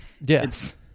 Yes